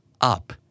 up